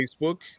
Facebook